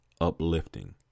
uplifting